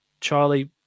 Charlie